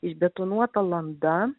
išbetonuota landa